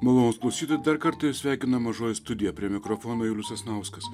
malonūs klausytojai dar kartą jus sveikina mažoji studija prie mikrofono julius sasnauskas